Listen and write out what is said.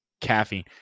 caffeine